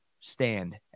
stand